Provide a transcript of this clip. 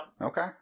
Okay